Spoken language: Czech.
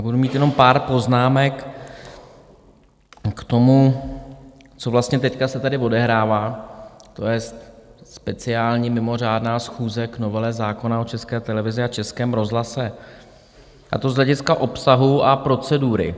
Budu mít jenom pár poznámek k tomu, co vlastně teď se tady odehrává, to jest speciální mimořádná schůze k novele zákona o České televizi a Českém rozhlase, a to z hlediska obsahu a procedury.